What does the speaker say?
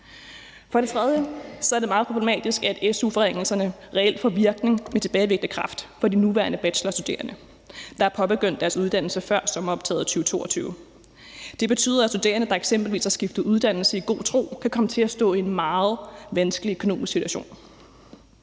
For det tredje er det meget problematisk, at su-forringelserne reelt får virkning med tilbagevirkende kraft for de nuværende bachelorstuderende, der er påbegyndt deres uddannelse før sommeroptaget 2022. Det betyder, at studerende, der eksempelvis har skiftet uddannelse i god tro, kan komme til at stå i en meget vanskelig økonomisk situation.